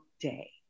day